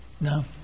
No